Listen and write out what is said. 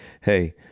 hey